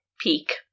peak